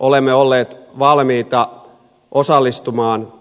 olemme olleet valmiita osallistumaan